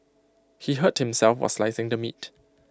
he hurt himself while slicing the meat